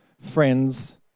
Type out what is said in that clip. friends